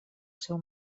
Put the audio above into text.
seu